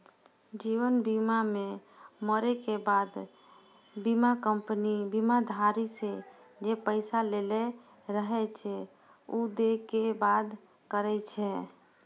जीवन बीमा मे मरै के बाद बीमा कंपनी बीमाधारी से जे पैसा लेलो रहै छै उ दै के वादा करै छै